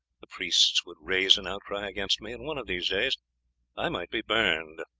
the priests would raise an outcry against me, and one of these days i might be burned.